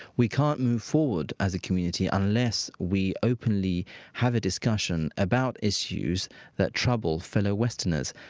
we can't move forward as a community unless we openly have a discussion about issues that trouble fellow westerners.